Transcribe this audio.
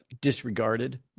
disregarded